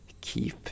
keep